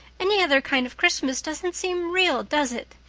any other kind of christmas doesn't seem real, does it?